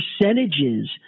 percentages